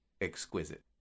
exquisite